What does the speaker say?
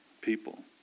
people